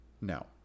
No